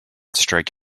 strike